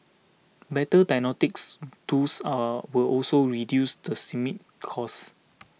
better diagnostics tools are will also reduce the systemic cost